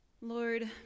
lord